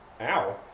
Ow